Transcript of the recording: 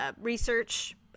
research